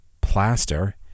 Plaster